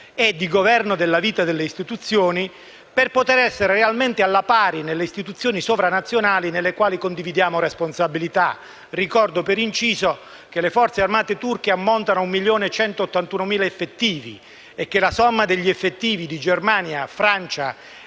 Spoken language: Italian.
e di governo delle istituzioni per poter essere realmente alla pari nelle istituzioni sovranazionali nelle quali condividiamo responsabilità. Ricordo, per inciso, che le forze armate turche ammontano a 1.181.000 effettivi e che la somma degli effettivi di Germania, Francia